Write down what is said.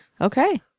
okay